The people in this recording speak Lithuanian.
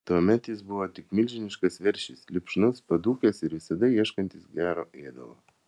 tuomet jis buvo tik milžiniškas veršis lipšnus padūkęs ir visada ieškantis gero ėdalo